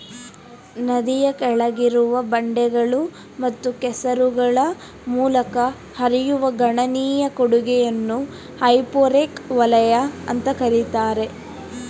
ನದಿಯ ಕೆಳಗಿರುವ ಬಂಡೆಗಳು ಮತ್ತು ಕೆಸರುಗಳ ಮೂಲಕ ಹರಿಯುವ ಗಣನೀಯ ಕೊಡುಗೆಯನ್ನ ಹೈಪೋರೆಕ್ ವಲಯ ಅಂತ ಕರೀತಾರೆ